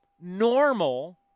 normal